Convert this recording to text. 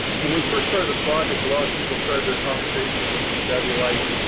when we first started the project, a lot of people started their conversations with me debbie, like,